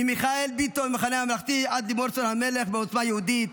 ממיכאל ביטון במחנה הממלכתי עד לימור סון הר מלך בעוצמה יהודית,